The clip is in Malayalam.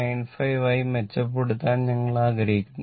95 ആയി മെച്ചപ്പെടുത്താൻ ഞങ്ങൾ ആഗ്രഹിക്കുന്നു